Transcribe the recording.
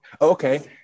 okay